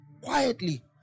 quietly